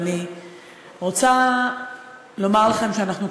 אני רוצה לומר לכם שאנחנו,